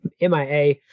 MIA